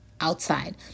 outside